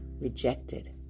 rejected